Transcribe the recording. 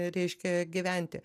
reiškia gyventi